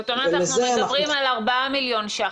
זאת אומרת שאנחנו מדברים על ארבעה מיליון ש"ח,